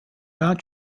non